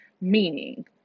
meaning